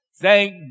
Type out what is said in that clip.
Thank